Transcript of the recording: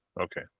okay